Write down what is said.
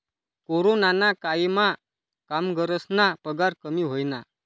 कोरोनाना कायमा कामगरस्ना पगार कमी व्हयना